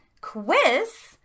quiz